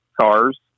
cars